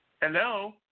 Hello